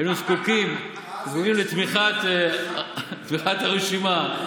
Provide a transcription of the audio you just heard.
היינו זקוקים לתמיכת הרשימה.